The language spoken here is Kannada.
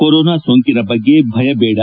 ಕೊರೋನಾ ಸೋಂಕಿನ ಬಗ್ಗೆ ಭಯ ದೇಡ